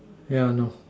yeah no